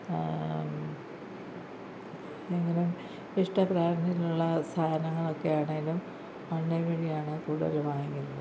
ഇഷ്ട ബ്രാൻഡിലുള്ള സാധനങ്ങളൊക്കെ ആണെങ്കിലും ഓൺലൈൻ വഴിയാണ് കൂടുതലും വാങ്ങിക്കുന്നത്